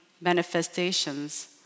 manifestations